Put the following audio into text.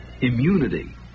immunity